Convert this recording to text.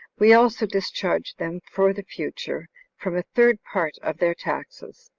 we also discharge them for the future from a third part of their taxes,